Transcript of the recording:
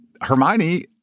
Hermione